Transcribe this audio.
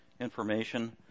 information